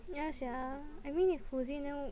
yeah sia I mean if cuisine then